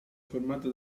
formata